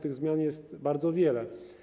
Tych zmian jest bardzo wiele.